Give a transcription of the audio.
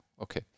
okay